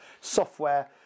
software